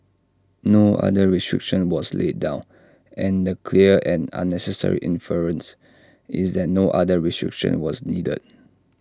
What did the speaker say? no other restriction was laid down and the clear and necessary inference is that no other restriction was needed